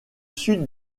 sud